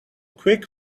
quick